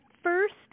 first